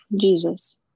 Jesus